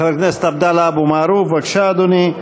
חבר הכנסת עבדאללה אבו מערוף, בבקשה, אדוני.